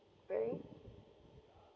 very